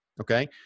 Okay